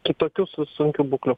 kitokių su sunkių būklių